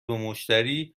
مشتری